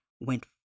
went